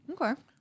Okay